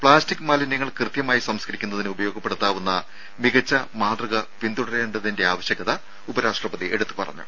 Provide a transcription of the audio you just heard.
plastic മാലിന്യങ്ങൾ കൃത്യമായി സംസ്കരിക്കുന്നതിന് ഉപയോഗപ്പെടുത്താവുന്ന മികച്ച മാതൃകകൾ പിന്തുടരേണ്ടതിന്റെ ആവശ്യകത ഉപരാഷ്ട്രപതി എടുത്തു പറഞ്ഞു